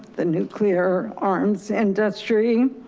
the nuclear arms industry,